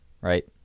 right